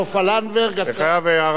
השר אהרונוביץ ושר התחבורה.